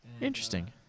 Interesting